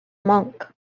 monk